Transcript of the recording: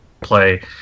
play